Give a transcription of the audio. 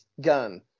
gun